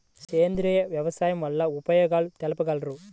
సేంద్రియ వ్యవసాయం వల్ల ఉపయోగాలు తెలుపగలరు?